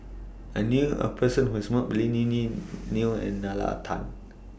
I knew A Person Who has Met Both Lily Neo and Nalla Tan